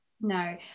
no